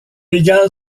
égale